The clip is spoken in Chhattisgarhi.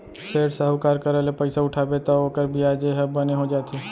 सेठ, साहूकार करा ले पइसा उठाबे तौ ओकर बियाजे ह बने हो जाथे